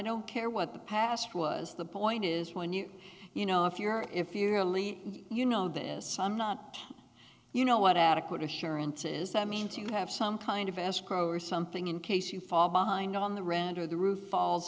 don't care what the past was the point is when you you know if you're if you're only you know that some not you know what adequate assurances that means you have some kind of escrow or something in case you fall behind on the renter the roof falls